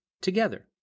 together